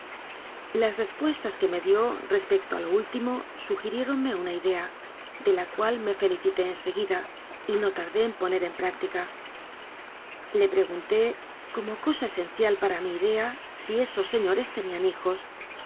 las respuestas que me di ó res pecto a lo último sugiriéronme una idea de la cual me felicité en seguida y no tardé en poner en práctica le pregunté como cosa esencial para mi idea si esos señores tenían hijos